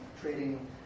trading